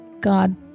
god